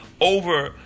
over